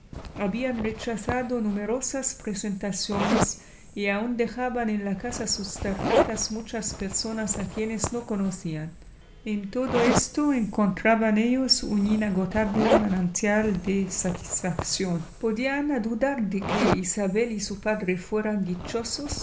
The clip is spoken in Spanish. habían rechazado numerosas presentaciones y aun dejaban en la casa sus tarjetas muchas personas a quienes no conocían n en todo esto encontraban ellos un inagotable manantial de satisfacción podía ana dudar de que isabel y su padre fuellan dichosos